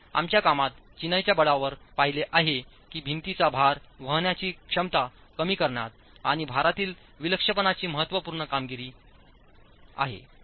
आम्ही आमच्या कामात चिनाईच्या बळावर पाहिले आहे की भिंतीची भार वाहण्याची क्षमता कमी करण्यात आणि भारातील विलक्षणपणाची महत्त्वपूर्ण भूमिका आहे